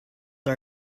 our